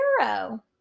hero